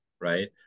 Right